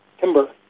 timber